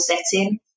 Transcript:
setting